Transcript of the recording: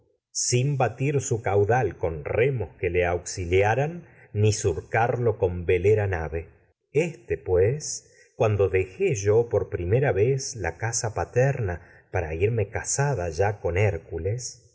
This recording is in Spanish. sin batir su caudal remos le auxiliaran surcarlo con velera nave este terna pues cuando dejé irme casada y yo por primera vez me la casa pa para ya con hércules